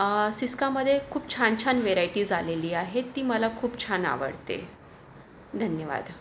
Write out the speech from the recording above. सिस्कामध्ये खूप छान छान वेरायटीज आलेली आहे ती मला खूप छान आवडते धन्यवाद